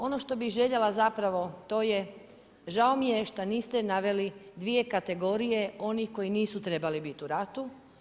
Ono što bi željela zapravo to je žao mi je šta niste naveli dvije kategorije onih koji nisu trebali biti u ratu.